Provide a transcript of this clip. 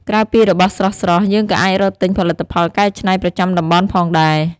ក្រៅពីរបស់ស្រស់ៗ យើងក៏អាចរកទិញផលិតផលកែច្នៃប្រចាំតំបន់ផងដែរ។